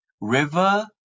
river